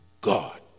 God